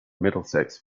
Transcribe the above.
middlesex